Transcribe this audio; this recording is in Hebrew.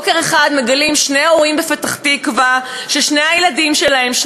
בוקר אחד מגלים שני הורים בפתח-תקווה ששני הילדים שלהם,